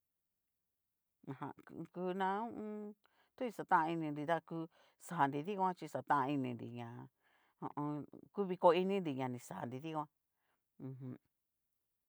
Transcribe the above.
Aja ngu na hu u un. tu ni xatán ininri ta ku xanri dikan chi nixatan ininri ña ho o on. ku vikoininri ña xanri dikuan u jum.